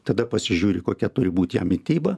tada pasižiūri kokia turi būt jam mityba